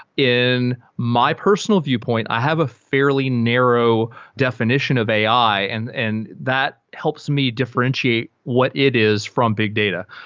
in my personal viewpoint, i have a fairly narrow definition of ai, and and that helps me differentiate what it is from big data.